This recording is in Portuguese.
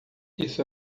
isso